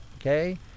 Okay